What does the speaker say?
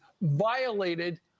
violated